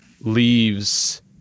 leaves